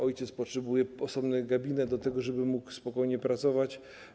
Ojciec potrzebuje osobnego gabinetu do tego, żeby mógł spokojnie pracować.